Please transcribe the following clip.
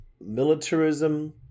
militarism